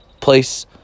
place